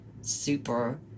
super